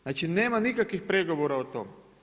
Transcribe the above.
Znači nema nikakvih pregovora o tome.